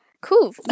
Cool